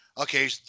okay